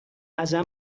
ازم